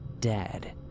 dead